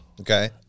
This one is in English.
Okay